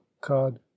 cod